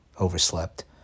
overslept